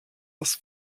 das